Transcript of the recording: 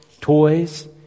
toys